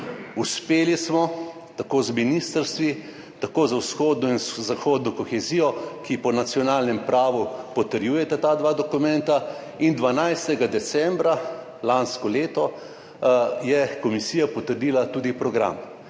Uspeli smo, tako z ministrstvi, tako za vzhodno kot zahodno kohezijo, ki po nacionalnem pravu potrjujeta ta dva dokumenta, in 12. decembra lansko leto je komisija potrdila tudi program.